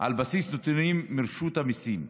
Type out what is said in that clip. על בסיס נתונים מרשות המיסים.